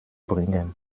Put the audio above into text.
bringen